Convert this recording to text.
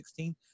2016